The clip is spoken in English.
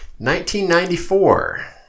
1994